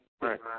right